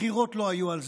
הבחירות לא היו על זה,